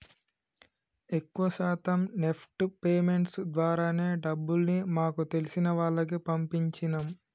ఎక్కువ శాతం NEFT payments ద్వారానే డబ్బుల్ని మాకు తెలిసిన వాళ్లకి పంపించినం